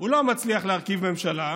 הוא לא מצליח להרכיב ממשלה,